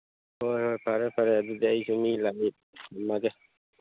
ꯍꯣꯏ ꯍꯣꯏ ꯐꯔꯦ ꯐꯔꯦ ꯑꯗꯨꯗꯤ ꯑꯩꯁꯨ ꯃꯤ ꯂꯥꯛꯏ ꯊꯝꯃꯒꯦ